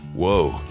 Whoa